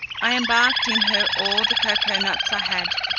i embarked in her all the cocoa-nuts i had,